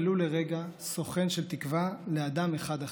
ולו לרגע, סוכן של תקווה לאדם אחד אחר".